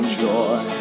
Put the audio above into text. joy